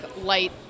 light